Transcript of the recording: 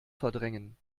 verdrängen